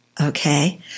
Okay